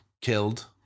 Killed